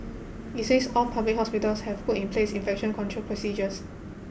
it says all public hospitals have put in place infection control procedures